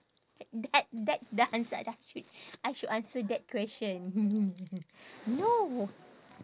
that that the answer I should answer that question no